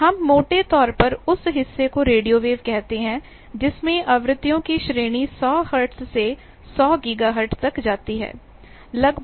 हम मोटे तौर पर उस हिस्से को रेडियोवेव कहते हैं जिसमें आवृत्तियों की श्रेणी 100 हर्ट्ज़ से 100 गीगाहर्ट्ज़ तक जाती है